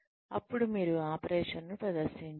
అప్పుడు మీరు ఆపరేషన్ను ప్రదర్శిచండి